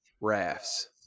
rafts